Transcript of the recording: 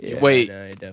Wait